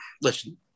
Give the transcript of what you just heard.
listen